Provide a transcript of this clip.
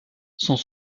sont